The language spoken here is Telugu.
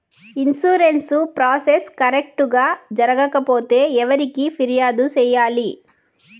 ఇన్సూరెన్సు ప్రాసెస్ కరెక్టు గా జరగకపోతే ఎవరికి ఫిర్యాదు సేయాలి